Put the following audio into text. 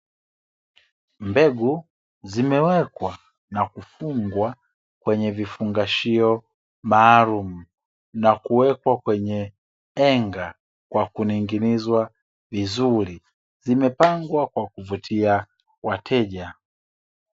Mbegu zimewekwa na kufungwa kwenye vifungashio maalumu, na kuwekwa kwenye henga kwa kuning'inizwa vizuri. Zimepangwa kwa kuvutia wateja.